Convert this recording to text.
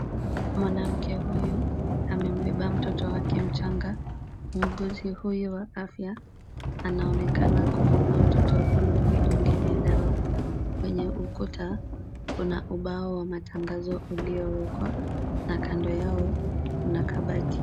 Mwanamke huyu amembeba mtoto wake mchanga. Muuguzi huyu wa afya anaonekana kumpa mtoto huyu vidonge vya dawa. kwenye ukuta kuna ubao wa matangazo uliyowekwa na kando yao kuna kabati.